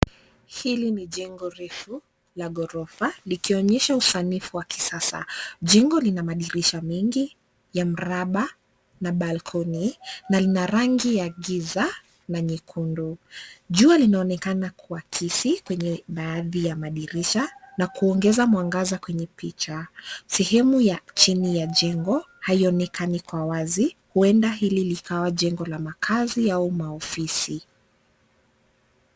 Hili ni jengo refu la gorofa likionyesha usanifu wa kisasa. Jengo lina madirisha mengi ya miraba na balcony na lina rangi ya giza na nyekundu. Jua linaonekana kuakisi kwenye baadhi ya madirisha na kuongeza mwangaza kwenye picha. Sehemu ya chini ya jengo haionekani kwa wazi. Huenda hili ni jengo la makazi au ofisi.